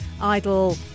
Idol